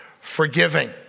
forgiving